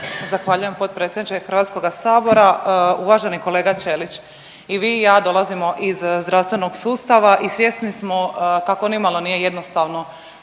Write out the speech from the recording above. Zahvaljujem potpredsjedniče HS-a. Uvaženo kolega Ćelić. I vi i ja dolazimo iz zdravstvenog sustava i svjesni smo kako nimalo nije jednostavno